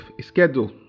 schedule